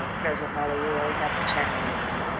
president malauulu, i'd have to check on that one.